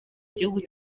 gihugu